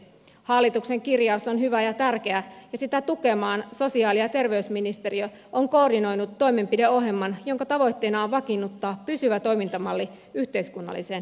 hallituksen kirjaus on hyvä ja tärkeä ja sitä tukemaan sosiaali ja terveysministeriö on koordinoinut toimenpideohjelman jonka tavoitteena on vakiinnuttaa pysyvä toimintamalli yhteiskunnalliseen päätöksentekoon